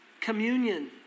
Communion